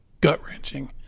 gut-wrenching